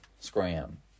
Scram